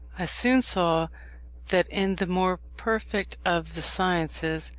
i soon saw that in the more perfect of the sciences,